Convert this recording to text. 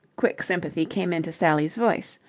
quick sympathy came into sally's voice.